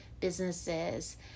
businesses